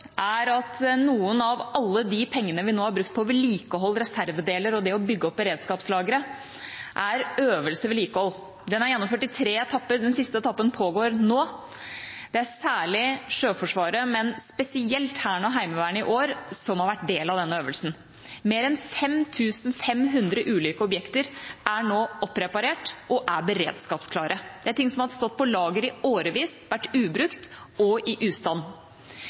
er at noen av alle de pengene vi nå har brukt på vedlikehold, reservedeler og det å bygge opp beredskapslageret, er brukt på «Øvelse vedlikehold». Den er gjennomført i tre etapper – den siste etappen pågår nå. Det er særlig Sjøforsvaret – men spesielt Hæren og Heimevernet i år – som har vært en del av denne øvelsen. Mer enn 5 500 ulike objekter er nå oppreparerte og beredskapsklare. Det er ting som har stått på lager i årevis, vært ubrukt eller i ustand.